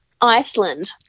Iceland